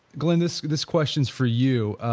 glenn, this this question is for you.